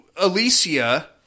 Alicia